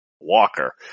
Walker